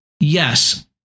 Yes